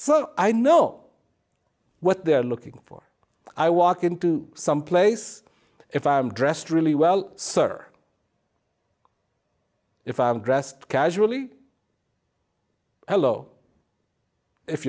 so i know what they're looking for i walk into some place if i'm dressed really well sir if i'm dressed casually hello if